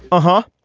ah huh.